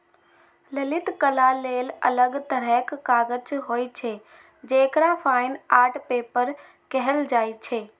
ललित कला लेल अलग तरहक कागज होइ छै, जेकरा फाइन आर्ट पेपर कहल जाइ छै